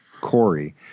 Corey